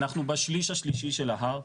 אנחנו בשליש השלישי של ההר.